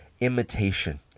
imitation